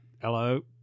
hello